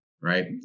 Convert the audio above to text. right